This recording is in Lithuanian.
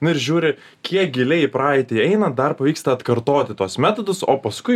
nu ir žiūri kiek giliai į praeitį eina dar pavyksta atkartoti tuos metodus o paskui